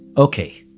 ok,